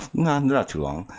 not not too long,